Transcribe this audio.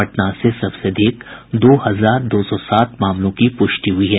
पटना से सबसे अधिक दो हजार दो सौ सात मामलों की पुष्टि हुई है